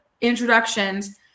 introductions